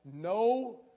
no